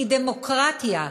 כי דמוקרטיה,